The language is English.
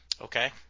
Okay